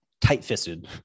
tight-fisted